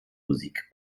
musik